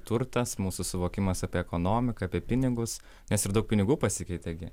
turtas mūsų suvokimas apie ekonomiką apie pinigus nes ir daug pinigų pasikeitė gi